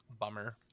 bummer